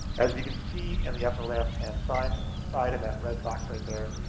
as you can see in the upper-left-hand side side of that red box right there,